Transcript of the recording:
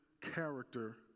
character